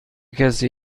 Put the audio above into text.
کسی